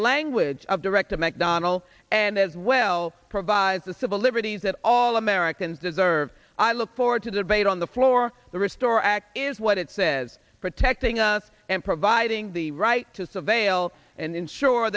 language of director mcdonnell and as well provides the civil liberties that all americans deserve i look forward to debate on the floor the restore act is what it says protecting us and providing the right to surveil and ensure